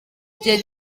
igihe